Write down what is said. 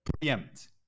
Preempt